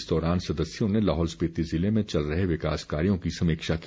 इस दौरान सदस्यों ने लाहौल स्पीति ज़िले में चल रहे विकास कार्यों की समीक्षा की